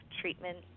treatment